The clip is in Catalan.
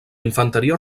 infanteria